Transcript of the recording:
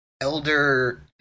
elder